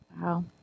Wow